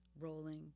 rolling